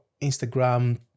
instagram